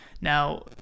Now